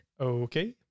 Okay